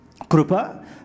Krupa